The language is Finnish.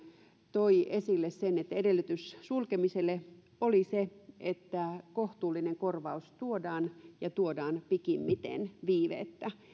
toi esille sen että edellytys sulkemiselle oli se että kohtuullinen korvaus tuodaan ja tuodaan pikimmiten viiveettä